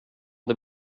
det